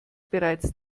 bereits